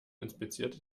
inspizierte